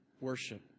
worship